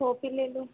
छोटी ले लें